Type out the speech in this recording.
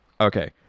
Okay